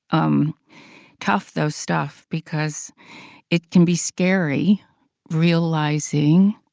um tough though stuff, because it can be scary realizing